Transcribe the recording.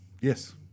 Yes